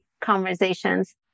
conversations